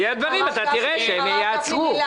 בסדר, יהיו דברים ואתה תראה שהם יעצרו.